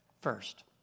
first